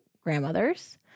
grandmothers